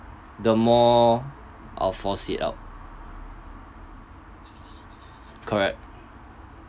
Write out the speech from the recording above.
the more I'll force it out correct